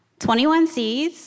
21Cs